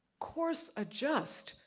course adjust,